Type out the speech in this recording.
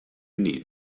need